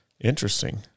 interesting